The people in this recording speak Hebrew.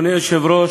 היושב-ראש,